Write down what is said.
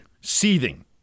seething